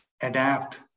adapt